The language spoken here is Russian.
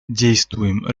действуем